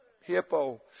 hippo